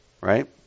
right